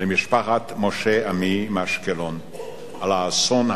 למשפחת משה עמי מאשקלון על האסון הנורא,